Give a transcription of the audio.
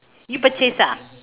you purchase ah